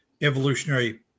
evolutionary